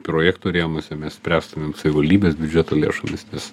projekto rėmuose mes spręstumėm savivaldybės biudžeto lėšomis nes